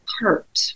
hurt